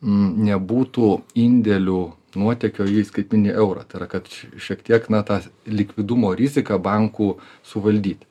nebūtų indėlių nuotėkio į skaitmenį i eurą tai yra kad šiek tiek na tas likvidumo riziką bankų suvaldyt